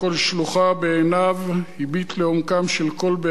בעיניו הביט לעומקן של כל באר ונקרה,